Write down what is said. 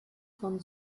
von